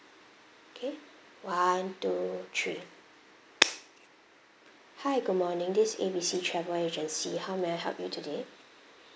okay one two three hi good morning this A B C travel agency how may I help you today